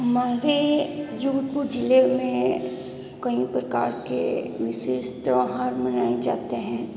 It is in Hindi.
हमारे जोधपुर जिले में कई प्रकार के विशेष त्योहार मनाए जाते हैं